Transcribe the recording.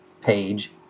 page